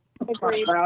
agreed